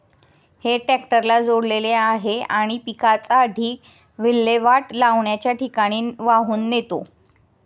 हे ट्रॅक्टरला जोडलेले आहे आणि पिकाचा ढीग विल्हेवाट लावण्याच्या ठिकाणी वाहून नेतो